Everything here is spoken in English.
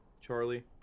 Charlie